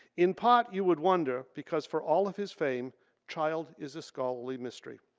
in part you would wonder because for all of his fame child is scholarly mystery.